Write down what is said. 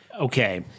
okay